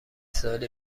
سالی